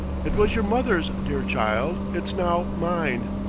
it was your mother's, dear child. it's now mine.